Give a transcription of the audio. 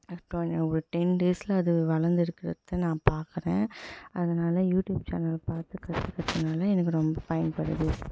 அப்புறம் ஒரு டென் டேஸ்ஸில் அது வளர்ந்துருக்குறத நான் பார்க்குறேன் அதனால யூடியூப் சேனல் பார்த்து கற்றுக்கறதுனால எனக்கு ரொம்ப பயன்படுது